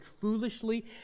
foolishly